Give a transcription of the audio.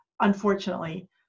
unfortunately